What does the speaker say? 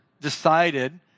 decided